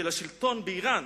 הניסיון של השלטון באירן,